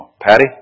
Patty